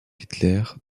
hitler